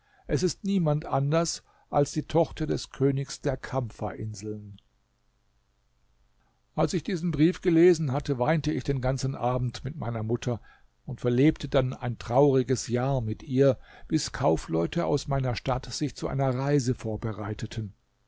es ist niemand anders als die tochter des königs der kampferinseln als ich diesen brief gelesen hatte weinte ich den ganzen abend mit meiner mutter und verlebte dann ein trauriges jahr mit ihr bis kaufleute aus meiner stadt sich zu einer reise vorbereiteten